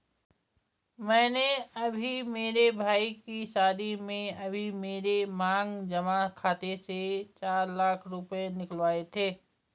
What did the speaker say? मैंने अभी मेरे भाई के शादी में अभी मेरे मांग जमा खाते से ही चार लाख रुपए निकलवाए थे